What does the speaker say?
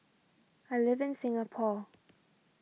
I live in Singapore